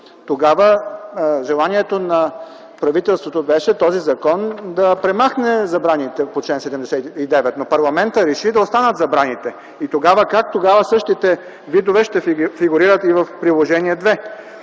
Тогава желанието на правителството беше този закон да премахне забраните по чл. 79, но парламентът реши забраните да останат. Как тогава същите видове ще фигурират и в Приложение №